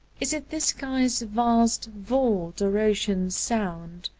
is it this sky's vast vault or ocean's sound,